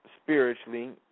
spiritually